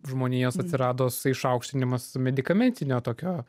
žmonijos atsirado suišaukštinimas medikamentinio tokio